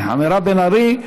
מירב בן ארי,